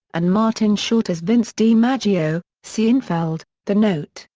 and martin short as vince dimaggio seinfeld the note,